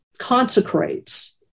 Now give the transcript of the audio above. Consecrates